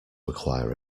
acquire